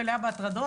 מלאה בהטרדות.